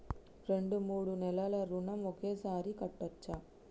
రెండు మూడు నెలల ఋణం ఒకేసారి కట్టచ్చా?